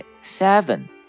seven